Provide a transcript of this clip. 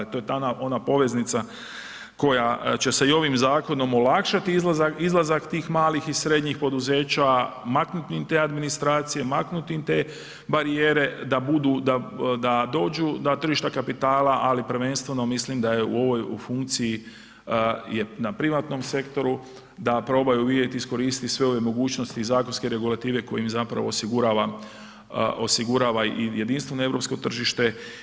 I to je ona poveznica koja će ovim zakonom olakšati izlazak tih malih i srednjih poduzeća, maknuti im te administracije, maknuti im te barijere, da dođu na tržište kapitala, ali prvenstveno mislim da je u funkciji na privatnom sektoru da probaju vidjeti i iskoristiti sve ove mogućnosti i zakonske regulative koje im osigurava i jedinstveno europsko tržište.